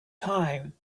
time